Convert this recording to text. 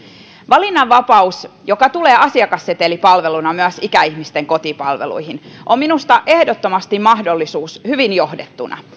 valinnanvapaus joka tulee asiakassetelipalveluna myös ikäihmisten kotipalveluihin on minusta ehdottomasti mahdollisuus hyvin johdettuna